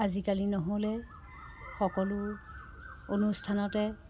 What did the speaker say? আজিকালি নহ'লে সকলো অনুষ্ঠানতে